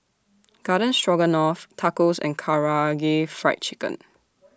Garden Stroganoff Tacos and Karaage Fried Chicken